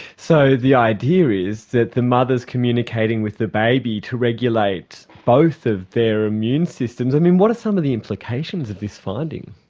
so the idea is that the mother is communicating with the baby to regulate both of their immune systems. and and what are some of the implications of this finding?